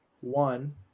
One